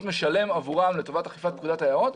משלם עבורם לטובת אכיפת פקודת היערות,